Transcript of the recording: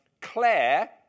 Claire